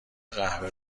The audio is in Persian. قهوه